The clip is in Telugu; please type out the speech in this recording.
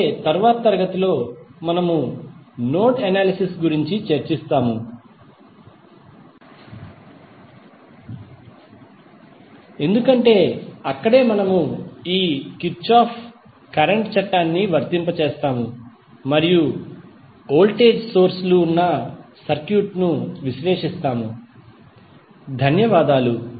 అలాగే తరువాతి తరగతిలో మనము నోడ్ అనాలిసిస్ గురించి చర్చిస్తాము ఎందుకంటే అక్కడే మనము ఈ కిర్చాఫ్ కరెంట్ చట్టాన్ని వర్తింపజేస్తాము మరియు వోల్టేజ్ సోర్స్ లు ఉన్న సర్క్యూట్ను విశ్లేషిస్తాము ధన్యవాదాలు